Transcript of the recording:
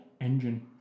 engine